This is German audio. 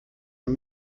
ein